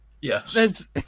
Yes